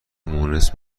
مونس